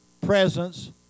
presence